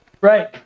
right